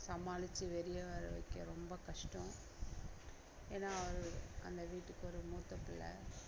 சமாளித்து வெளியே வர வைக்க ரொம்ப கஷ்டம் ஏன்னால் அவரு அந்த வீட்டுக்கு ஒரு மூத்த பிள்ளை